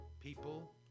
people